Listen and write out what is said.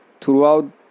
throughout